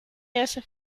hace